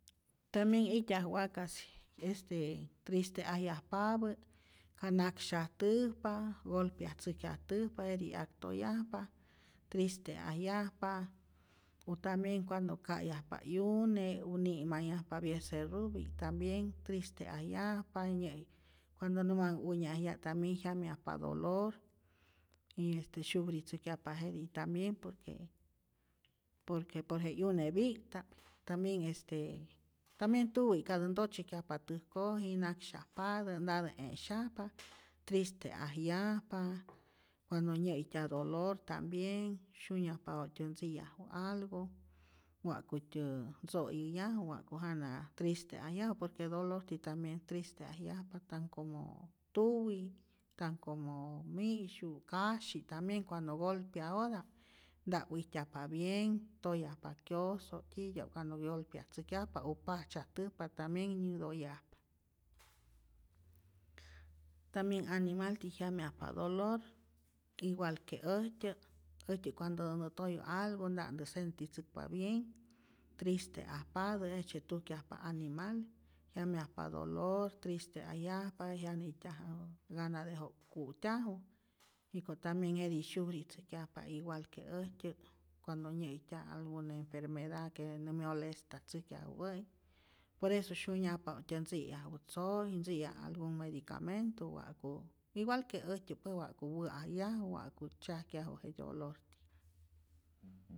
Tambien ijtyaj wakas este triste'ajyajpapä, ka naksyajtäjpa, golpeatzäjkyajtäjpa, jetij 'yak toyajpa, triste'ajyajpa u tambien cuando ka'yajpa 'yune u ni'manhyajpa byecerrupi'k tambien triste'ajyajpa, ya cuando nä manh'uk unyajya' tambien jyamyajpa dolor y este syufritzäjkyajpa jetij tambien, por que por je 'yunepi'kta'p, tambien este tambien tuwi' kantä ntotzyajkyajpa täjkoji, naksyajpatä, ntatä e'syajpa, triste'ajyajpa, cuando nya'ijtyaj dolor tambien, syunyajpa wa'ktyä ntzi'yaju algo, wa'kutyä ntzo'yäyaju wa'ju jana triste'ajyaju, por que dolorti tambien triste'ajyajpa, tan como tuwi', tan como mi'syu', kasyi', tambien cuando golpeadota'p nta'p wijtyajpa bienh, toyajpa kyoso titya'p cuando gyolpeatzäjkyajpa o pajtzyajtäjpa tambien nyätoyajpa, tambien animalti jyamyajpa dolor igual que äjtyä', äjyä cuando nä toyu algo nta'ntä sentitzäkpa bien triste'ajpatä, jejtzye tujkyajpa animal, jyamyajpa dolor, triste'ajyajpa, jyanä'ijtyajä gana de ja' ku'tyaju, jiko' tambien jetij syufritzäjkyajpa igual que äjtyä cuando nyä'ijtyaj algun enfermeda que nä myolestatzäjkyajupä'i por eso syunyajpa ja'ktyä ntzi'yajupä tzoy, ntzi'ya' algun medicamento, wa'ku igual que äjtyä pue, wa'ku wä'ajyaju wa'ku tzyajkyaju je dolor.